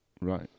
Right